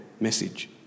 message